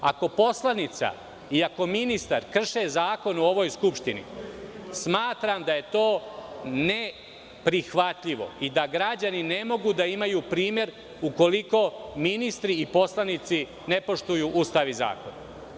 Ako poslanica i ako ministar krše zakon u ovoj Skupštini, smatram da je to neprihvatljivo i da građani ne mogu da imaju primer ukoliko ministri i poslanici ne poštuju Ustav i zakon.